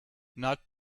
not